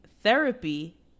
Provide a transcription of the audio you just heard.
Therapy